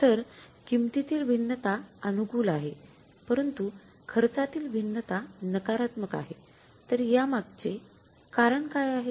तर किंमतीतील भिन्नता अनुकूल आहे परंतु खर्चातील भिन्नता नकारात्मक आहे तर यामागचे कारण काय आहे